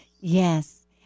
yes